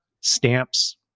stamps